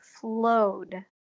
flowed